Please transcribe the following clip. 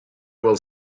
will